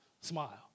smile